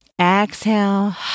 Exhale